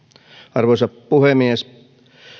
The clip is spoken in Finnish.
arvoisa puhemies